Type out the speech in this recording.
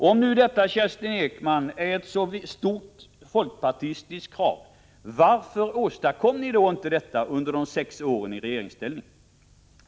Om nu inrättandet av ett miljödepartement är ett så starkt folkpartistiskt krav, varför åstadkom ni inte ett miljödepartement under de sex åren i regeringsställning?